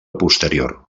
posterior